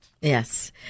Yes